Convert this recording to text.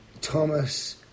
Thomas